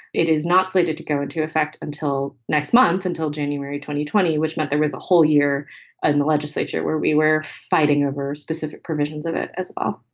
it is not slated to go into effect until next month, until january. twenty twenty, which meant there was a whole year in the legislature where we were fighting over specific provisions of it as well